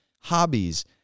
hobbies